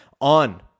on